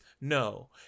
no